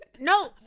No